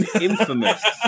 infamous